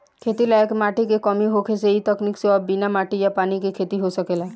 खेती लायक माटी के कमी होखे से इ तकनीक से अब बिना माटी आ पानी के खेती हो सकेला